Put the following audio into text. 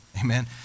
Amen